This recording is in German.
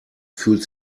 fühlt